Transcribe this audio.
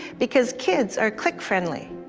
because kids are click friendly.